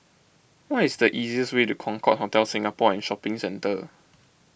what is the easiest way to Concorde Hotel Singapore and Shopping Centre